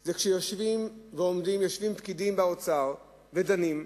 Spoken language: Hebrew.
זה שיושבים פקידים באוצר ודנים,